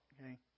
okay